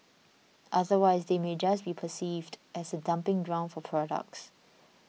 otherwise they may just be perceived as a dumping ground for products